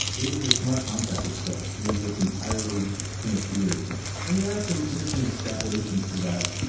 it is a smart contract itself. it exists entirely in ethereum and there are some interesting extrapolations to that.